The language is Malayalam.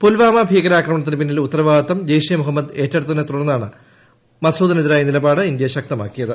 പുൽവാമ ഭീകരാക്രമണത്തിനു പിന്നിൽ ഉത്തരവാദിത്തം ജെയ്ഷെ ഇ മുഹമ്മദ് ഏറ്റെടുത്തതിനെ തൂടർന്നാണ് അസൂദിന് എതിരായ നിലപാട് ഇന്ത്യ ശക്തമാക്കിയത്